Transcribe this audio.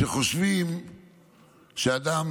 שחושבים שאדם